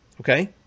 okay